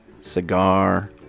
cigar